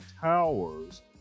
towers